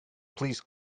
please